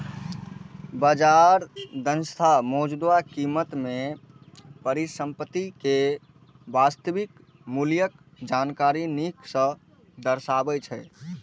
बाजार दक्षता मौजूदा कीमत मे परिसंपत्ति के वास्तविक मूल्यक जानकारी नीक सं दर्शाबै छै